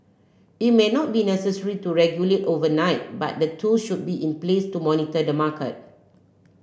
it may not be necessary to regulate overnight but the tool should be in place to monitor the market